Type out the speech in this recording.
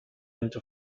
into